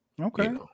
Okay